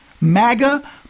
MAGA